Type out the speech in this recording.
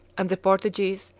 and the portuguese,